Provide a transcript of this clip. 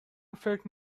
فکر